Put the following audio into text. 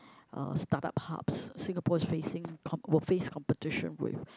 uh startup hubs Singapore is facing com~ will face competition with